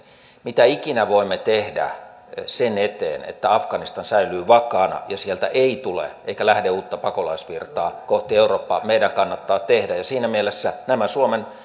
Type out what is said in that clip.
mitä ikinä voimme tehdä sen eteen että afganistan säilyy vakaana ja sieltä ei tule eikä lähde uutta pakolaisvirtaa kohti eurooppaa meidän kannattaa tehdä ja siinä mielessä nämä suomen